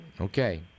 Okay